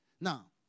Now